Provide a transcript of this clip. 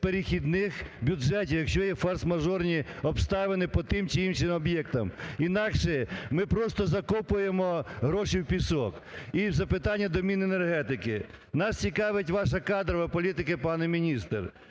перехідних бюджетів, якщо є форс-мажорні обставини по тих чи інших об'єктах. Інакше ми просто закопуємо гроші в пісок. І запитання до Міненергетики. Нас цікавить ваша кадрова політика, пане міністр.